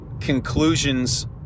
conclusions